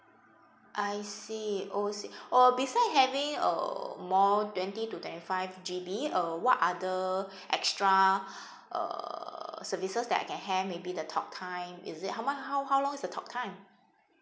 I see o six uh besides having uh more twenty to twenty five G_B uh what are the extra uh services that I can have maybe the talk time is it how mu~ how how long is the talk time